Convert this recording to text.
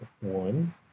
one